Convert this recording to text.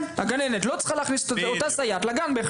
הגננת לא צריכה להכניס את אותה סייעת לגן.